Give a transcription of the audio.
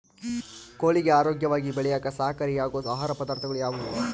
ಕೋಳಿಗೆ ಆರೋಗ್ಯವಾಗಿ ಬೆಳೆಯಾಕ ಸಹಕಾರಿಯಾಗೋ ಆಹಾರ ಪದಾರ್ಥಗಳು ಯಾವುವು?